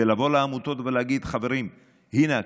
ולבוא לעמותות ולהגיד: חברים, הינה הכסף,